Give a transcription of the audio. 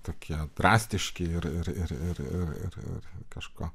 tokie drastiški ir ir ir ir ir ir kažką